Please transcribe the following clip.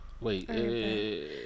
Wait